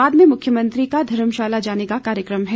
बाद में मुख्यमंत्री का धर्मशाला जाने का कार्यक्रम है